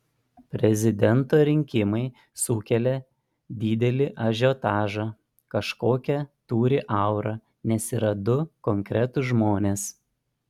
prezidento rinkimai sukelia didelį ažiotažą kažkokią turi aurą nes yra du konkretūs žmonės